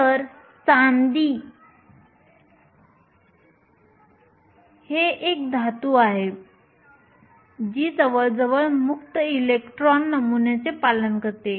तर चांदी ही एक धातू आहे जी जवळजवळ मुक्त इलेक्ट्रॉन नमुन्याचे पालन करते